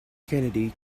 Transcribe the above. kennedy